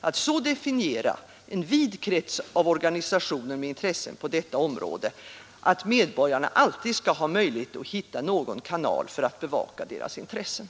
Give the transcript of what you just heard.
att så definiera en vid krets av organisationer med intressen på detta område att medborgarna alltid skall ha möjlighet att hitta någon kanal för att bevaka sina intressen.